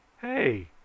Hey